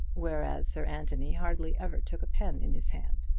whereas sir anthony hardly ever took a pen in his hand.